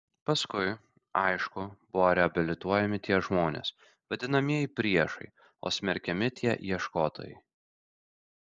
paskui aišku buvo reabilituojami tie žmonės vadinamieji priešai o smerkiami tie ieškotojai